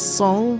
song